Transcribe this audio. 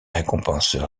récompenses